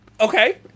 Okay